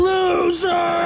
Loser